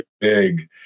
big